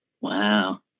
Wow